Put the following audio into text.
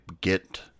get